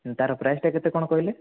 ତା'ର ପ୍ରାଇସ୍ଟା କେତେ କ'ଣ କହିଲେ